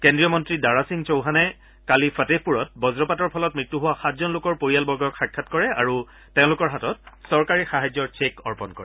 কেন্দ্ৰীয় মন্ত্ৰী দাৰা সিং চৌহানে কালি ফাতেহপুৰত বজ্ৰপাতৰ ফলত মৃত্যু হোৱা সাতজন লোকৰ পৰিয়ালবৰ্গক সাক্ষাৎ কৰে আৰু তেওঁলোকৰ হাতত চৰকাৰী সাহায্যৰ চেক অৰ্পণ কৰে